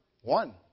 One